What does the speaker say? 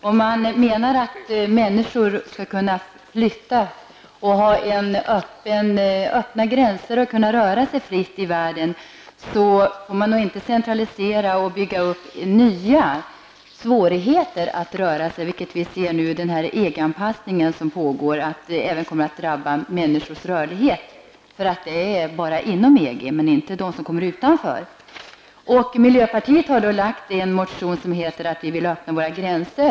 Om man menar att människor skall kunna flytta och kunna röra sig fritt i världen över öppna gränser, får man inte centralisera och bygga upp nya svårigheter för rörligheten. Den EG-anpassning som nu pågår kommer även att drabba människors rörlighet, eftersom rörligheten bara gäller inom EG och inte för dem som kommer utifrån. Miljöpartiet har väckt en motion där vi föreslår att vi skall öppna våra gränser.